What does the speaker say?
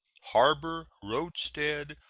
harbor, roadstead,